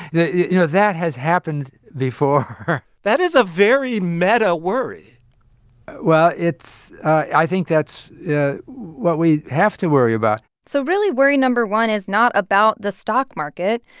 you know, that has happened before that is a very meta worry well, it's i think that's yeah what we have to worry about so really worry number one is not about the stock market.